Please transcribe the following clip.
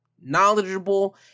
knowledgeable